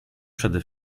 przede